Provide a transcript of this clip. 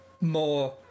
more